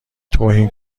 توهین